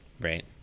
right